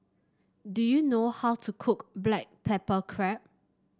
do you know how to cook Black Pepper Crab